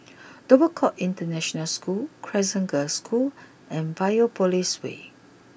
Dover court International School Crescent Girls' School and Biopolis way